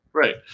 Right